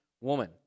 woman